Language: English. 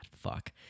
fuck